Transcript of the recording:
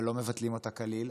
אבל לא מבטלים אותה כליל,